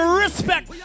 respect